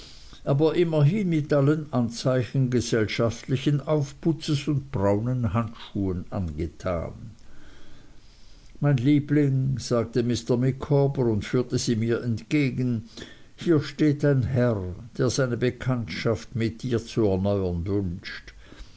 aber immerhin mit allen anzeichen gesellschaftlichen aufputzes und braunen handschuhen angetan mein liebling sagte mr micawber und führte sie mir entgegen hier steht ein herr der seine bekanntschaft mit dir zu erneuern wünscht